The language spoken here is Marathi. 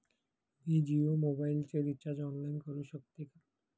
मी जियो मोबाइलचे रिचार्ज ऑनलाइन करू शकते का?